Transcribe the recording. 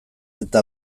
eta